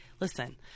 listen